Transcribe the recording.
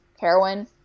Heroin